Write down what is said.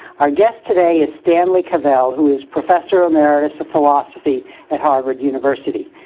our guest today is stanley cavell, who is professor emeritus of philosophy at harvard university.